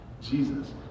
Jesus